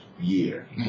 year